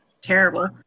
terrible